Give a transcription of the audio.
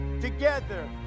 together